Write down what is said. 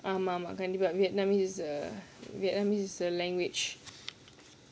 ஆமா ஆமா கண்டிப்பா:aamaa aamaa kandippaa vietnamese err vietnamese is a language